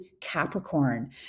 Capricorn